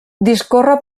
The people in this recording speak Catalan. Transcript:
discorre